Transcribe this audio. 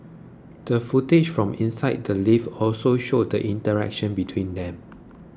the footage from inside the lift also showed the interaction between them